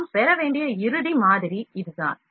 நாம் பெற வேண்டிய இறுதி மாதிரி இது தான்